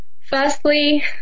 Firstly